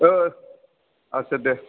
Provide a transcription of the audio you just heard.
ओ आच्छा दे